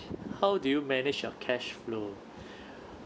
how do you manage your cash flow